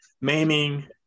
maiming